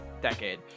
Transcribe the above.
decade